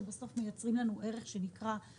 שבסוף ייצרו לנו הייטק.